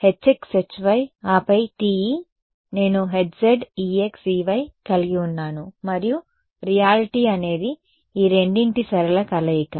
Ez Hx Hy ఆపై TE నేను Hz Ex E y కలిగి ఉన్నాను మరియు రియాలిటీ అనేది ఈ రెండింటి సరళ కలయిక